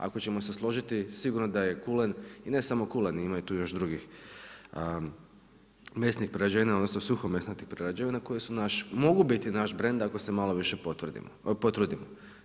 Ako ćemo se složiti, sigurno da je kulen, i ne samo kulen, ima tu još drugih mesnih prerađevina, odnosno, suhomesnatih prerađevina, koje su naše, mogu biti naš brend ako se malo više potrudimo.